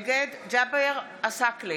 נגד ג'אבר עסאקלה,